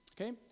Okay